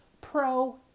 pro